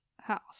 house